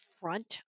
front